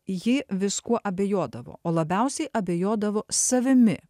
ji viskuo abejodavo o labiausiai abejodavo savimi